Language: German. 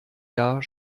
jahr